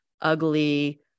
ugly